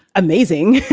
amazing.